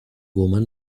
woman